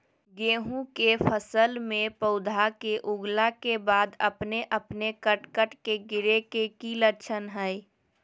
गेहूं के फसल में पौधा के उगला के बाद अपने अपने कट कट के गिरे के की लक्षण हय?